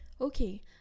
Okay